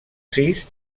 sis